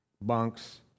bunks